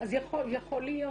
אז יכול להיות,